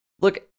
look